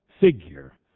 figure